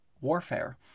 warfare